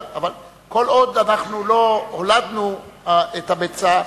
כל עוד לא הולדנו את הביצה,